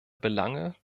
belange